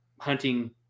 hunting